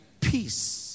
Peace